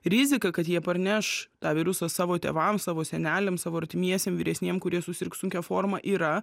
rizika kad jie parneš tą virusą savo tėvams savo seneliams savo artimiesiem vyresniem kurie susirgs sunkia forma yra